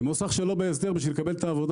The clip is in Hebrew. כי מוסך שלא בהסדר בשביל לקבל את העבודה